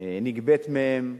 נגבית מהם,